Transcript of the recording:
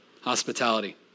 hospitality